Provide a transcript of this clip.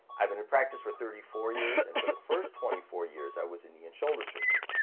i've been in practice for thirty four years, and for the first twenty four years i was in knee and shoulder surgery.